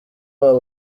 aho